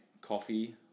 coffee